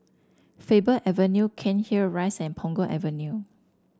Faber Avenue Cairnhill Rise and Punggol Avenue